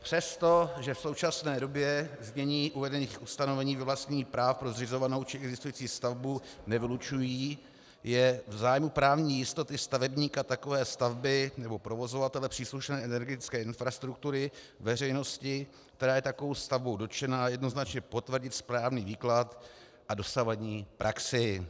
Přestože v současné době znění uvedených ustanovení vyvlastnění práv pro zřizovanou či existující stavbu nevylučují, je v zájmu právní jistoty stavebníka takové stavby nebo provozovatele příslušné energetické infrastruktury veřejnosti, která je takovou stavbou dotčena, jednoznačně potvrdit správný výklad a dosavadní praxi.